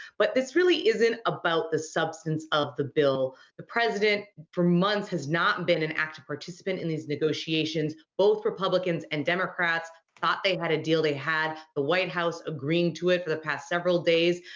but this really isn't about the substance of the bill. the president for months has not been an active participant in these negotiations. both republicans and democrats thought they had a deal. they had, the white house agreeing to it for the past several days.